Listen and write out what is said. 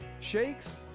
shakes